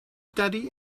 daddy